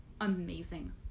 amazing